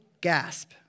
gasp